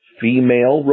female